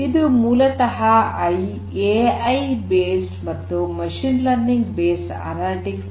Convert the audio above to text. ಇದು ಮೂಲತಃ AI based ಮತ್ತು ಮಷೀನ್ ಲರ್ನಿಂಗ್ ಬೇಸ್ಡ್ ಅನಲಿಟಿಕ್ಸ್